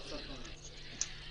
או מה צריכים תושביה לקבל.